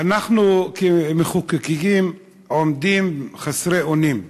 אנחנו כמחוקקים עומדים חסרי אונים: